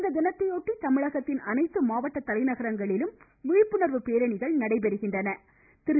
இத்தினத்தையொட்டி தமிழகத்தின் அனைத்து மாவட்ட தலைநகரங்களிலும் விழிப்புணர்வு பேரணிகள் நடைபெறுகின்றன